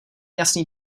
jasný